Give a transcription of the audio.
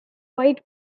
white